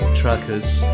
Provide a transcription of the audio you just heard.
truckers